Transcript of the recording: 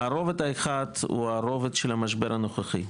הרובד האחד הוא הרובד של המשבר הנוכחי,